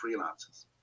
freelancers